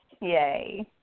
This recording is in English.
Yay